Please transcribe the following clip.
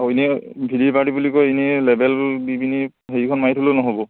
অঁ এনেই বুলি কৈ এনেই লেবেল দি পিনি হেৰিখন মাৰি থলেও নহ'ব